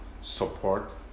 support